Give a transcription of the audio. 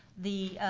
the,